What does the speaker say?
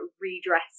redress